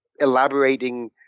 elaborating